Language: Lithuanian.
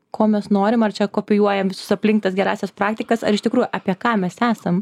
ko mes norim ar čia kopijuojam visus aplink tas gerąsias praktikas ar iš tikrųjų apie ką mes esam